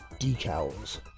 decals